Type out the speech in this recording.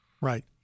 Right